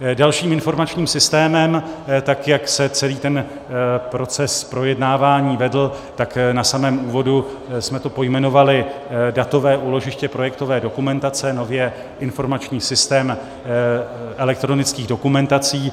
Dalším informačním systémem, tak jak se celý proces projednávání vedl, tak na samém úvodu jsme to pojmenovali datové úložiště projektové dokumentace, nově informační systém elektronických dokumentací.